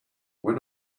when